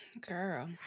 Girl